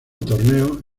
torneo